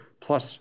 plus